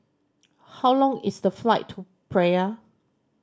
how long is the flight to Praia